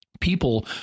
People